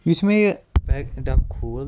یُس مےٚ یہِ پیک ڈَبہٕ کھوٗل